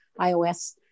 iOS